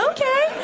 Okay